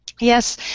Yes